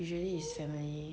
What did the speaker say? usually it's family